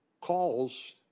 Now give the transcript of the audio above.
calls